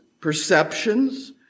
perceptions